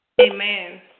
Amen